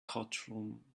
courtroom